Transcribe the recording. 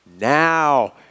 Now